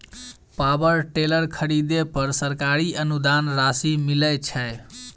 Power tiller खरीदे पर सरकारी अनुदान राशि मिलय छैय?